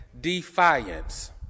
defiance